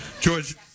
George